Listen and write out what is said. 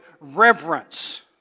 reverence